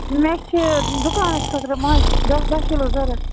مےٚ چھِ دُکانَس خٲطرٕ ماچھ دہ بہہ کلوٗ ضوٚرتھ